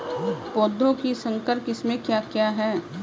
पौधों की संकर किस्में क्या क्या हैं?